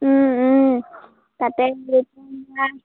তাতে গোট খাব আৰু